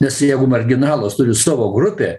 nes jeigu marginalas turi savo grupę